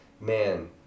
man